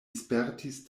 spertis